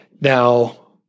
Now